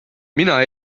mina